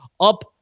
up